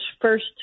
first